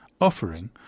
offering